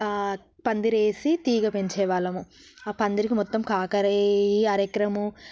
పందిరి వేసి తీగ పెంచే వాళ్ళము ఆ పందిరికి మొత్తం కాకరవి అర ఎకరము